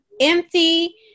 empty